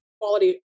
quality